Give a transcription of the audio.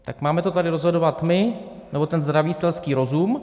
Tak máme to tady rozhodovat my, nebo ten zdravý selský rozum?